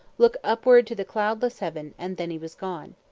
look upward to the cloudless heaven, and then he was gone.